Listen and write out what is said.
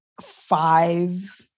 five